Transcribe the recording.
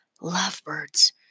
Lovebirds